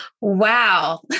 Wow